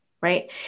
right